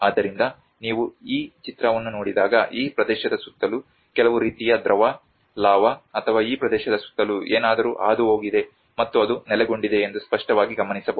ಆದ್ದರಿಂದ ನೀವು ಈ ಚಿತ್ರವನ್ನು ನೋಡಿದಾಗ ಈ ಪ್ರದೇಶದ ಸುತ್ತಲೂ ಕೆಲವು ರೀತಿಯ ದ್ರವ ಲಾವಾ ಅಥವಾ ಈ ಪ್ರದೇಶದ ಸುತ್ತಲೂ ಏನಾದರೂ ಹಾದುಹೋಗಿದೆ ಮತ್ತು ಅದು ನೆಲೆಗೊಂಡಿದೆ ಎಂದು ಸ್ಪಷ್ಟವಾಗಿ ಗಮನಿಸಬಹುದು